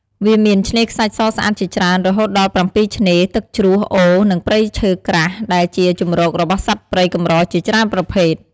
វាមាន ឆ្នេរខ្សាច់សស្អាតជាច្រើន រហូតដល់ ៧ ឆ្នេរ ទឹកជ្រោះ អូរ និងព្រៃឈើក្រាស់ ដែលជាជម្រករបស់សត្វព្រៃកម្រជាច្រើនប្រភេទ។